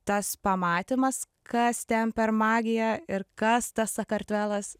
tas pamatymas kas ten per magija ir kas tas sakartvelas